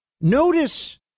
Notice